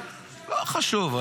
לא חשוב.